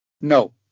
No